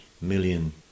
million